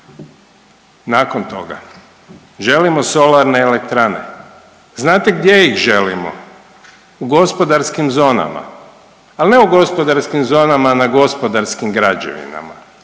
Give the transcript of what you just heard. Nakon toga želimo solarne elektrane. Znate gdje ih želimo? U gospodarskim zonama, ali ne u gospodarskim zonama na gospodarskim građevinama